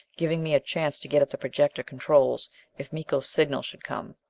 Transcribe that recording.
giving me a chance to get at the projector controls if miko's signal should come.